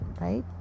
right